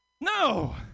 No